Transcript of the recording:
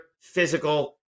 physical